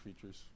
features